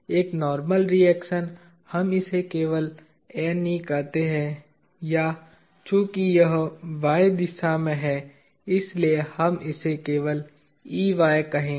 एक normal reaction है कि हम इसे केवल NE कहते हैं या चूंकि यह y दिशा में है इसलिए हम इसे केवल Ey कहेंगे